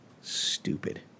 Stupid